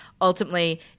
ultimately